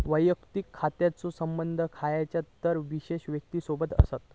वैयक्तिक खात्याचो संबंध खयच्या तरी विशेष व्यक्तिसोबत असता